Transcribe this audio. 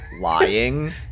lying